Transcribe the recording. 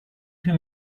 him